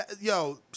Yo